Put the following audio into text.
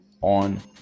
on